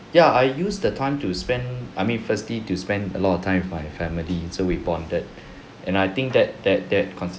ya I used the time to spend I mean firstly to spend a lot of time with my family so we bonded and I think that that that constitutes